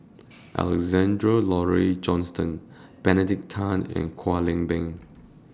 Alexander Laurie Johnston Benedict Tan and Kwek Leng Beng